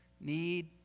need